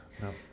No